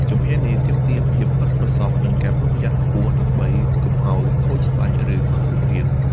ជំហាននេះទាមទារភាពប៉ិនប្រសប់និងការប្រុងប្រយ័ត្នខ្ពស់ដើម្បីកុំឱ្យខូចស្បែកឬខុសរូបរាង។